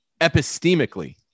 epistemically